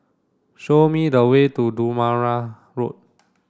show me the way to Durham Road